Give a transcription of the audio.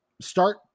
start